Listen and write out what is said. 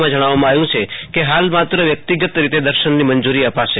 માં જણાવવામાં આવ્યું છે કે હાલ માત્ર વ્યક્તિગત રીતે દર્શનની મંજૂરી અપાશે